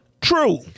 True